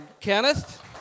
Kenneth